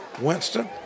winston